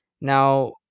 Now